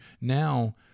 now